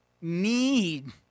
need